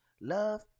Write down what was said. Love